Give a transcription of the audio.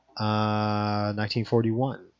1941